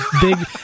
big